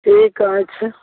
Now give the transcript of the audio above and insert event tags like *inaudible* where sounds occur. *unintelligible*